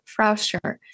Frauscher